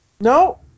No